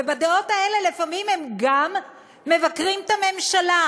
ועם הדעות האלה לפעמים הם גם מבקרים את הממשלה.